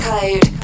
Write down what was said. Code